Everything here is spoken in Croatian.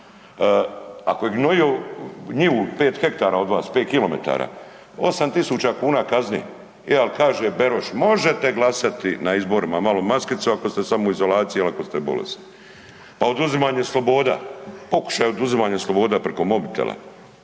Ako je gnjojio njivu pet hektara od vas pet kilometara, 8.000 kuna kazne. E al kaže Beroš, možete glasati na izborima, malo maskice ako ste u samoizolaciji ili ako ste bolesni. Pa oduzimanje sloboda, pokušaj oduzimanje sloboda preko mobitela.